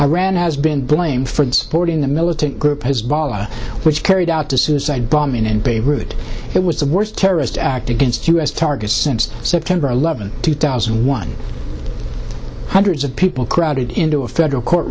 iran has been blamed for supporting the militant group hezbollah which carried out to suicide bombing in beirut it was the worst terrorist act against u s targets since september eleventh two thousand one hundred people crowded into a federal court